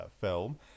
film